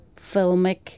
filmic